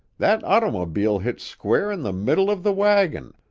that ottermobile hit square in the middle of the wagon,